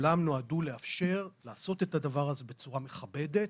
כולם נועדו לאפשר לעשות את הדבר הזה בצורה מכבדת,